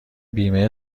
بیمه